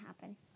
happen